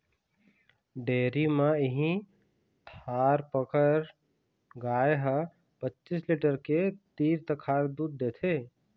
dairy म इहीं थारपकर गाय ह पचीस लीटर के तीर तखार दूद देथे